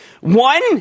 One